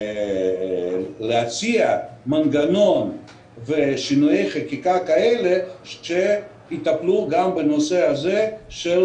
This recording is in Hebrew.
להציע מנגנון ושינויי חקיקה כאלה שיטפלו גם בנושא הזה של